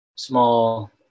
small